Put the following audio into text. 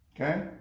Okay